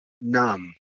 numb